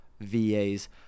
VAs